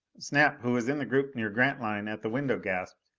snap, who was in the group near grantline at the window gasped,